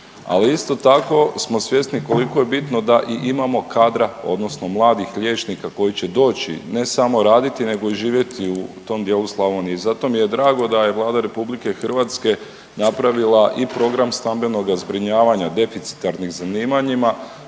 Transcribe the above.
ali isto tako smo svjesni koliko je bitno da i imamo kadra, odnosno mladih liječnika koji će doći ne samo raditi nego i živjeti u tom dijelu Slavonije. I zato mi je drago da je Vlada Republike Hrvatske napravila i program stambenoga zbrinjavanja deficitarnim zanimanjima